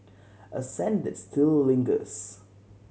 a scent that still lingers